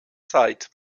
zeit